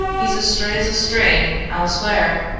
he's as straight as a string, i'll swear,